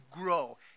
grow